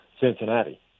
Cincinnati